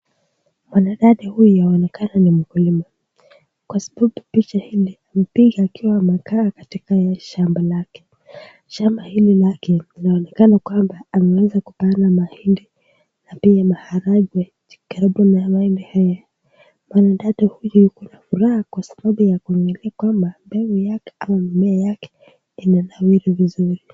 Mwanadada huyu yaonekana ni mkulima kwa sababu picha hili amepiga akiwa amekaa katika shamba lake. Shamba hili lake linaonekana kwamba ameweza kupanda mahindi na pia maharagwe karibu na mahindi haya. Mwanadada huyu ako na furaha kwa sababu yaonekana kwamba zao yake au mimea yake imenawiri vizuri.